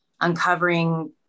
uncovering